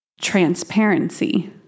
Transparency